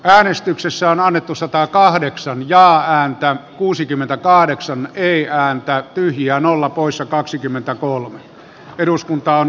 äänestyksessä on annettu satakahdeksan ja hän käy kuusikymmentäkahdeksan eija antaa kyytiä nolla poissa kaksikymmentäkolme arto pirttilahti on